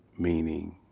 meaning,